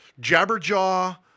Jabberjaw